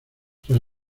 tras